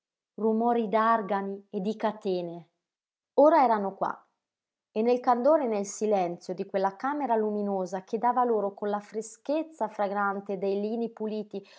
rumori d'argani e di catene ora erano qua e nel candore e nel silenzio di quella camera luminosa che dava loro con la freschezza fragrante dei lini puliti